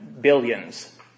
billions